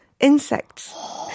insects